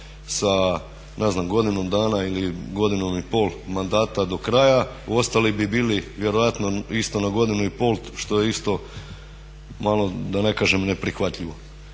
sa ne znam godinom dana ili godinom i pol mandata do kraja, ostali bi bili vjerojatno isto na godinu i pol što je isto malo da ne kažem neprihvatljivo.